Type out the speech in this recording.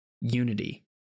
unity